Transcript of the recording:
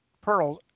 pearls